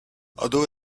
although